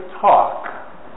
talk